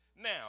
Now